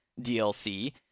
DLC